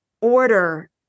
order